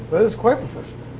that is quite professional.